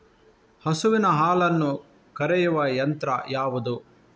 ಹಸುವಿನ ಹಾಲನ್ನು ಕರೆಯುವ ಯಂತ್ರ ಯಾವುದು?